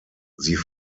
sie